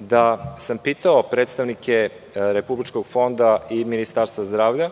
da sam pitao predstavnike Republičkog fonda i Ministarstva zdravlja